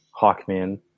Hawkman